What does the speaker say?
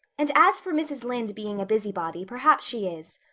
and as for mrs. lynde being a busybody, perhaps she is.